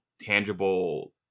tangible